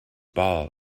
ball